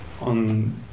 on